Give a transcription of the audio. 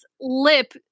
lip